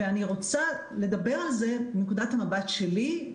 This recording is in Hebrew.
אני רוצה לדבר מנקודת המבט שלי,